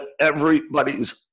everybody's